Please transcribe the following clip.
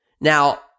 Now